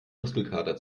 muskelkater